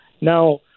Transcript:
Now